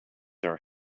our